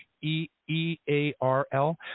E-E-A-R-L